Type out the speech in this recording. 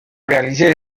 réalisées